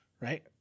right